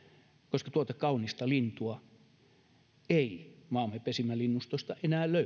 koska tuota kaunista lintua ei maamme pesimälinnustosta enää löydy